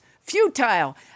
futile